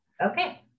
Okay